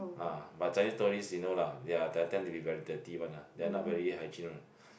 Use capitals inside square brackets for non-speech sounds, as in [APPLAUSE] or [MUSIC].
ah but Chinese tourist you know lah they are they tend to be very dirty one ah they are not very hygiene one [BREATH]